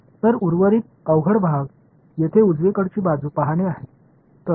மீதமுள்ள தந்திரமான பகுதி இங்கே வலது புறத்தைப் பார்க்கிறது